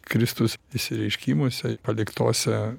kristus išsireiškimuose paliktuose